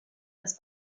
das